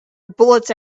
bullets